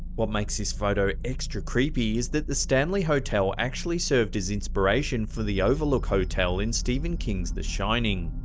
what makes this photo extra creepy is that the stanley hotel actually served as inspiration for the overlook hotel in stephen king's the shining,